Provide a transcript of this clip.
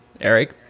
eric